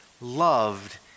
loved